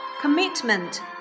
Commitment